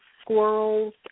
squirrels